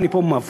ואני פה מפריז,